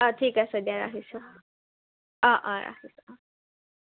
অঁ ঠিক আছে দিয়া ৰাখিছোঁ অঁ অঁ ৰাখিছোঁ অঁ